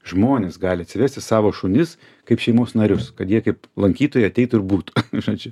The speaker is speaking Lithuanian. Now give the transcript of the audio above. žmonės gali atsivesti savo šunis kaip šeimos narius kad jie kaip lankytojai ateitų ir būtų žodžiu